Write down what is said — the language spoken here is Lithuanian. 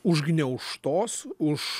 užgniaužtos už